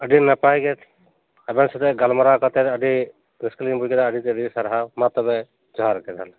ᱟᱹᱰᱤ ᱱᱟᱯᱟᱭ ᱜᱮ ᱟᱵᱮᱱ ᱥᱟᱣᱛᱮ ᱜᱟᱞᱢᱟᱨᱟᱣ ᱠᱟᱛᱮᱫ ᱟᱹᱰᱤ ᱨᱟᱹᱥᱠᱟᱹᱞᱤᱧ ᱵᱩᱡ ᱠᱮᱫᱟ ᱟᱹᱰᱤ ᱟᱹᱰᱤ ᱥᱟᱨᱦᱟᱣ ᱢᱟ ᱛᱚᱵᱮ ᱡᱚᱦᱟᱨ ᱜᱮ ᱛᱟᱦᱚᱞᱮ